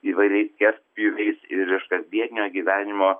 įvairiais skerspjūviais ir iš kasdienio gyvenimo